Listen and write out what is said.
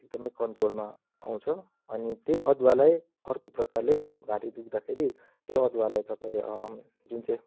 एकदमै कन्ट्रोलमा आउँछ अनि त्यही अदुवालाई अर्को प्रकारले घाँटी दुख्दाखेरि त्यो अदुवालाई तपाईँले जुन चाहिँ